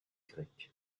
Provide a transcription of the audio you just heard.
grec